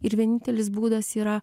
ir vienintelis būdas yra